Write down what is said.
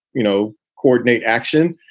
you know, coordinate action.